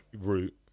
route